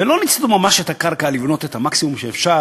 ולא ניצלו ממש את הקרקע כדי לבנות את המקסימום שאפשר,